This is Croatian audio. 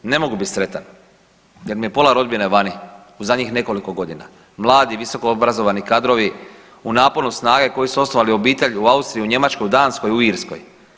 Ne mogu bit sretan jer mi je pola rodbine vani u zadnjih nekoliko godina, mladi visokoobrazovani kadrovi u naponu snage koji su osnovali obitelj u Austriji, u Njemačkoj, u Danskoj, u Irskoj.